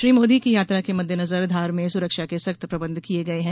श्री मोदी की यात्रा के मद्देनजर धार में सुरक्षा के सख्त प्रबंध किए गए हैं